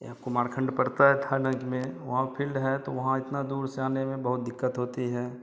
यहाँ कुमारखंड पड़ता है थाना में वहाँ फिल्ड है तो वहाँ इतना दूर से आने में बहुत दिक़्क़त होती है